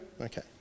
Okay